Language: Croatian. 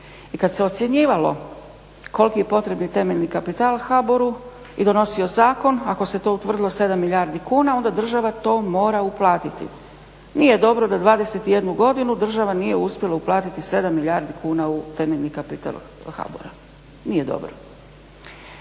i kada se ocjenjivalo koliki je potrebni temeljni kapital HBOR-u i donosio zakon ako se to utvrdilo 7 milijardi kuna onda država to mora uplatiti. Nije dobro da 21 godinu država nije uspjela uplatiti 7 milijardi kuna u temeljni kapital HBOR-a, nije dobro.